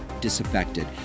disaffected